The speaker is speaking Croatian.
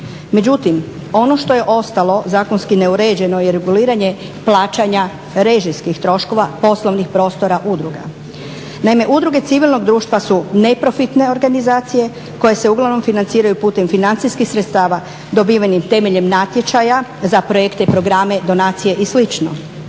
Međutim, ono što je ostalo zakonski neuređeno je reguliranje plaćanja režijskih troškova poslovnih prostora udruga. Naime, udruge civilnog društva su neprofitne organizacije koje se uglavnom financiraju putem financijskih sredstava dobivenih temeljem natječaja za projekte i programe, donacije i